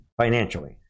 financially